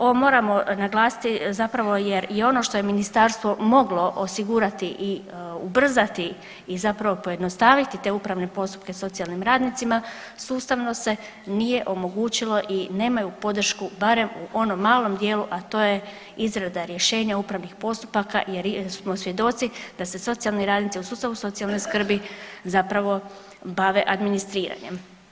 Ovo moramo naglasiti zapravo jer i ono što je ministarstvo moglo osigurati i ubrzati i zapravo pojednostaviti te upravne postupke socijalnim radnicima, sustavno se nije omogućilo i nemaju podršku barem u onom malom dijelu, a to je izrada rješenja upravnih postupaka jer smo svjedoci da se socijalni radnici u sustavu socijalne skrbi zapravo bave administriranjem.